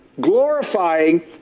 glorifying